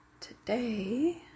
Today